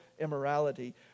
Immorality